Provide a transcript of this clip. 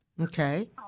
Okay